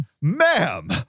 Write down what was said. ma'am